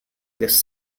this